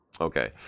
Okay